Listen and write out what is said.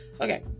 okay